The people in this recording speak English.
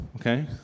okay